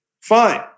fine